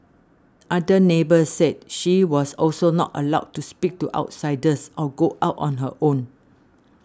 other neighbours said she was also not allowed to speak to outsiders or go out on her own